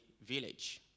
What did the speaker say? village